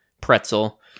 pretzel